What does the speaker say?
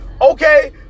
Okay